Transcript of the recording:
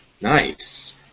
Nice